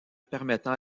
permettant